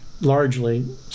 largely